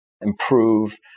improve